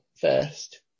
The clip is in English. first